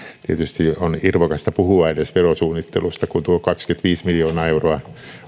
tietysti on irvokasta edes puhua verosuunnittelusta kun tuo kaksikymmentäviisi miljoonaa euroa